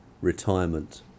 retirement